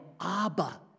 Abba